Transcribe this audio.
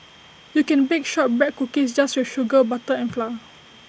you can bake Shortbread Cookies just with sugar butter and flour